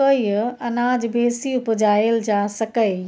कय अनाज बेसी उपजाएल जा सकैए